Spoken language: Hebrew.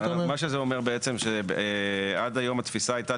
זה אומר שעד היום התפיסה היתה,